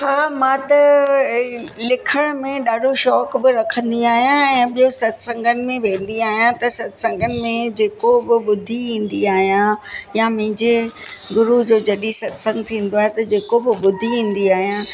हा मां त लिखण में ॾाढो शौक़ु बि रखंदी आहियां ऐं ॿियो सत्संगनि में वेंदी आहियां त सत्संगनि में जेको बि ॿुधी ईंदी आहियां या मुंहिंजे गुरूअ जो जॾहिं सत्संग थींदो आहे त जेको बि ॿुधी ईंदी आहियां